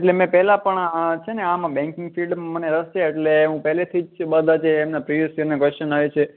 એટલે મેં પહેલા પણ અઅ છે ને આમાં બેંકિંગ ફિલ્ડમાં મને રસ છે એટલે હું પહેલેથી જ બધા જે એમના પ્રીવીયસ યરના ક્વૅશ્ચન આવે છે